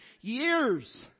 years